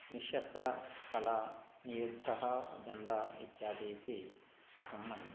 निश्शस्त्रकला नियुद्धं दण्डः इत्यादि इति अहं मन्ये